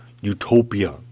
utopia